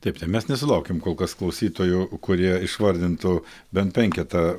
taip tai mes nesulaukėm kol kas klausytojų kurie išvardintų bent penketą